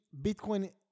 Bitcoin